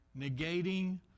negating